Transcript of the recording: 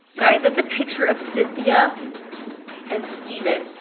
guys, that's a picture of cynthia and steven.